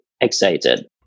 Excited